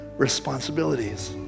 responsibilities